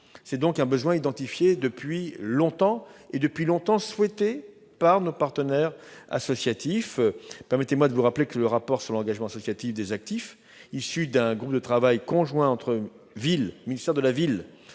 C'est donc un besoin identifié depuis longtemps et depuis longtemps souhaité par nos partenaires associatifs. Permettez-moi de vous rappeler que le rapport sur l'engagement associatif des actifs, issu d'un groupe de travail conjoint entre le ministère de la ville